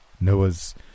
Noah's